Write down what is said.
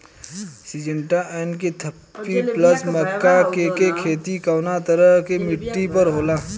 Syngenta NK thirty plus मक्का के के खेती कवना तरह के मिट्टी पर होला?